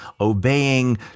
obeying